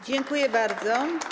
Dziękuję bardzo.